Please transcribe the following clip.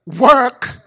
Work